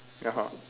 (uh huh)